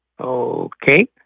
Okay